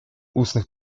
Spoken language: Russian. устных